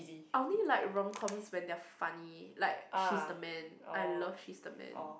I only like rom coms when they are funny like She's the Man I love She's the Man